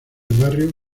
barrio